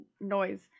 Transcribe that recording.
noise